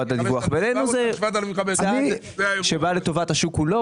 בעינינו זה צעד שבא לטובת השוק כולו,